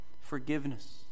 Forgiveness